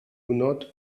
not